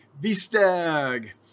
V-stag